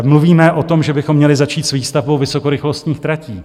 Mluvíme o tom, že bychom měli začít s výstavbou vysokorychlostních tratí.